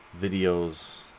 videos